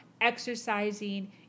exercising